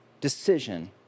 decision